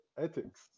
ethics